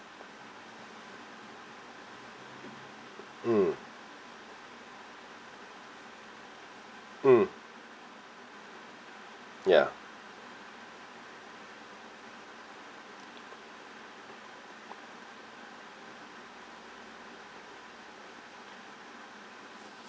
mm mm ya